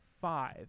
five